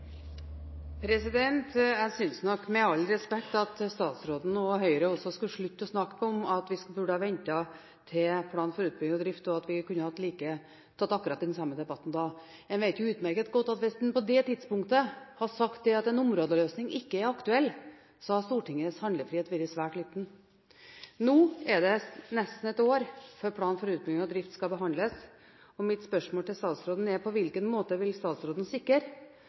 årsaker. Jeg synes nok, med all respekt, at statsråden – og Høyre også – skal slutte å snakke om at vi burde vi ha ventet til plan for utbygging og drift, og at vi kunne ha tatt akkurat den samme debatten da. En vet jo utmerket godt at hvis en på det tidspunktet hadde sagt at en områdeløsning ikke er aktuell, så hadde Stortingets handlefrihet vært svært liten. Nå er det nesten ett år før plan for utbygging og drift skal behandles, og mitt spørsmål til statsråden er: På hvilken måte vil statsråden sikre